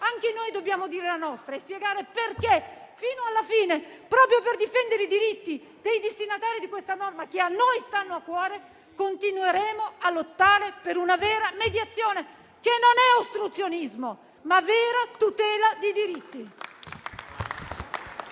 anche noi dobbiamo dire la nostra e spiegare perché fino alla fine, proprio per difendere i diritti dei destinatari di questa norma che a noi stanno a cuore, continueremo a lottare per una vera mediazione, che è non ostruzionismo, ma vera tutela dei diritti.